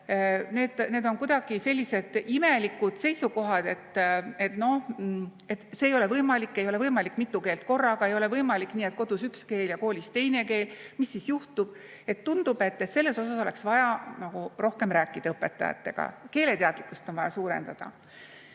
Need on kuidagi sellised imelikud seisukohad. Noh, et see ei ole võimalik, ei ole võimalik mitut keelt korraga [kasutada], ei ole võimalik nii, et kodus üks keel ja koolis teine keel, mis siis juhtub. Tundub, et selles osas oleks vaja rohkem rääkida õpetajatega, keeleteadlikkust on vaja suurendada.